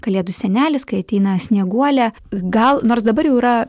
kalėdų senelis kai ateina snieguolė gal nors dabar jau yra